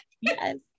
Yes